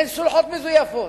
אין סולחות מזויפות.